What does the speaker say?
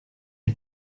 une